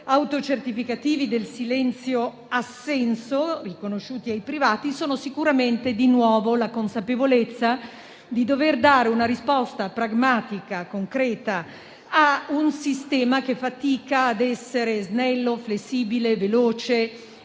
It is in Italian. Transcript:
autocertificativi del silenzio-assenso riconosciuti ai privati sono sicuramente, di nuovo, la consapevolezza di dover dare una risposta pragmatica e concreta a un sistema che fatica a essere snello, flessibile, veloce ed